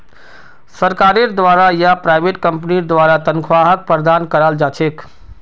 सरकारेर द्वारा या प्राइवेट कम्पनीर द्वारा तन्ख्वाहक प्रदान कराल जा छेक